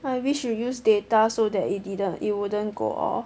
I wish you use data so that it didn't it wouldn't go off